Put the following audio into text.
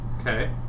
okay